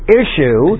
issue